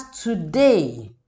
today